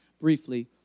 briefly